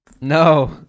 No